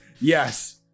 yes